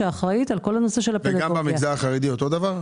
והיא אחראית על כל הנושא של --- במגזר החרדי זה אותו הדבר?